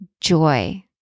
joy